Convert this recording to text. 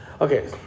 Okay